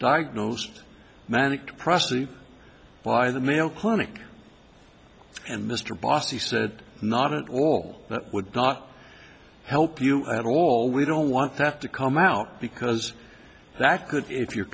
diagnosed manic depressive by the mayo clinic and mr bossie said not at all that would not help you at all we don't want that to come out because that could if you're